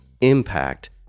impact